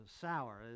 sour